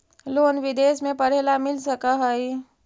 Loan विदेश में पढ़ेला मिल सक हइ?